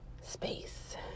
space